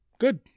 Good